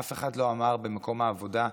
אף אחד לא אמר במקום העבודה,